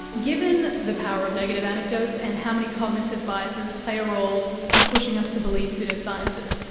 given the power of negative anecdotes and how many cognitive biases play a role in pushing us to believe pseudo-sciences,